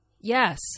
Yes